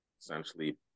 essentially